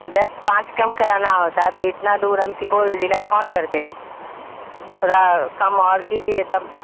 دس پانچ کم کرانا ہوتا ہے تو اتنا دور ہم سپول ضلع فون کرتے تھورا کم اور کیجیے تب